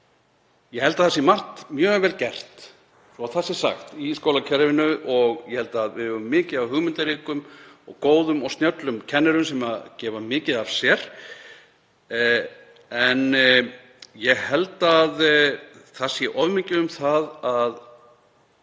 Ég held að það sé margt mjög vel gert, svo það sé sagt, í skólakerfinu og ég held að við eigum mikið af hugmyndaríkum og góðum og snjöllum kennurum sem gefa mikið af sér. En ég held að það sé of mikið um það að